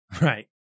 Right